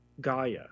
Gaia